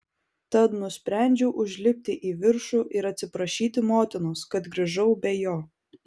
tad nusprendžiau užlipti į viršų ir atsiprašyti motinos kad grįžau be jo